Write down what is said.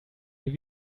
eine